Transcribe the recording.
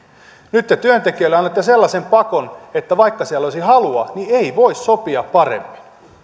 nyt te työntekijöille annatte sellaisen pakon että vaikka siellä olisi halua niin ei voi sopia paremmin